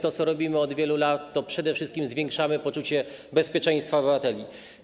To, co robimy od wielu lat, to przede wszystkim zwiększanie poczucia bezpieczeństwa obywateli.